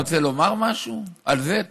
אתה רוצה לומר משהו על זה?